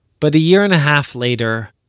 but a year-and-a-half later,